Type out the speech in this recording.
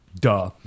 duh